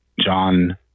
John